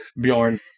Bjorn